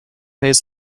pays